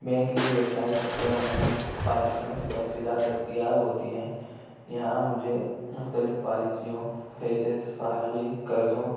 bank کی websites پر عموماً پالیسیوں کی تفصیلات دستیاب ہوتی ہیں یہاں مجھے مختلف پالیسیوں جیسے فارغی قرضوں